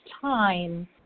time